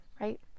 right